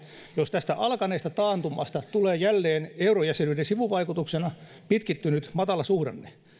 jos tästä alkaneesta taantumasta tulee jälleen eurojäsenyyden sivuvaikutuksena pitkittynyt matalasuhdanne